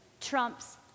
trumps